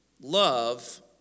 love